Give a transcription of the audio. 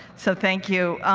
so thank you.